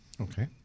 Okay